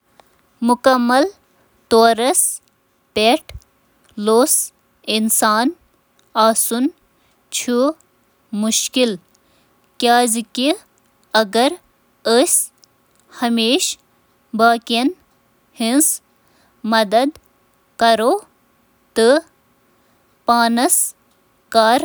آ، بے لوث کٲم کرٕنۍ چھِ مُمکِن۔ تُہۍ یہِ تہِ کٔرِو "جبلتہٕ سۭتۍ"